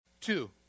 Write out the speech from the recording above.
Two